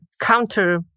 counter